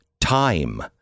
time